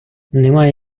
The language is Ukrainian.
немає